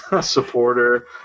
supporter